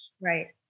Right